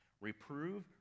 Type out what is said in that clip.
Reprove